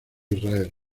israel